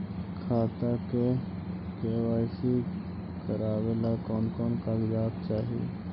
खाता के के.वाई.सी करावेला कौन कौन कागजात चाही?